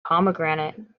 pomegranate